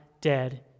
dead